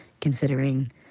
considering